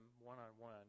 one-on-one